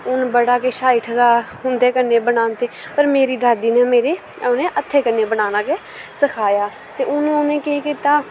हून बड़ा किश आई उठे दा उन्दै कन्नै बनांदे पर मेरी दादी नै मेरे उनैं हत्थै कन्नै गै बनाना सखाया ते हुन उने केह् कीता